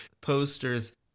posters